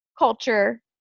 culture